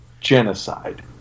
genocide